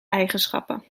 eigenschappen